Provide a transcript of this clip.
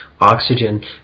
oxygen